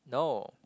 no